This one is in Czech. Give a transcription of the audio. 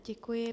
Děkuji.